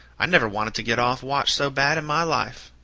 i never wanted to get off watch so bad in my life.